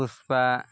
Pushpa